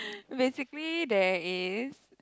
basically there is